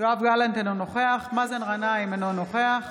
יואב גלנט, אינו נוכח מאזן גנאים, אינו נוכח